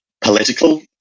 political